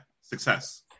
success